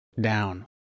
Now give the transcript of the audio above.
down